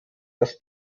das